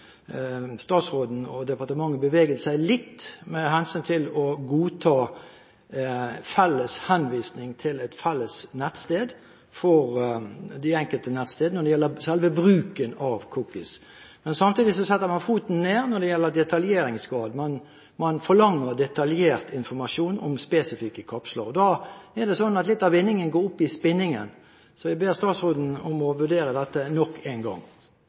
statsråden og departementet beveget seg litt med hensyn til at det enkelte nettsted godtar felles henvisning til et felles nettsted når det gjelder selve bruken av cookies. Men samtidig setter man foten ned når det gjelder detaljeringsgrad – man forlanger detaljert informasjon om spesifikke kapsler. Da går litt av vinningen opp i spinningen. Jeg ber statsråden om å vurdere dette nok en gang.